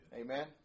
Amen